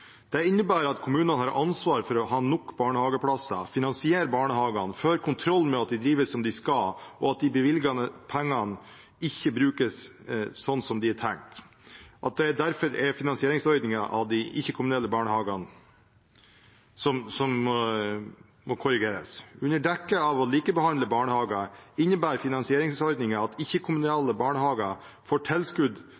Det innebærer at kommunen har ansvar for å ha nok barnehageplasser, finansiere barnehagene, føre kontroll med at de drives som de skal, og at de bevilgede pengene brukes sånn som de er tenkt. Derfor er det finansieringsordningen for de ikke-kommunale barnehagene som må korrigeres. Under dekke av å likebehandle barnehager innebærer finansieringsordningen at